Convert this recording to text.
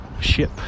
ship